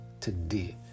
today